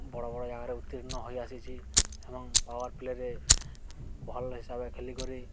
ବଡ଼ ବଡ଼ ଜାଗାରେ ଉତ୍ତୀର୍ଣ୍ଣ ହୋଇ ଆସିଛି ଏବଂ ପାୱାର ପ୍ଲେରେ ଭଲ ହିସାବରେ ଖେଳିକରି